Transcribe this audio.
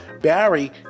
Barry